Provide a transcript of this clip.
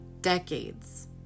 Decades